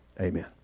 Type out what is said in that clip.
amen